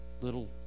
little